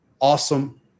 awesome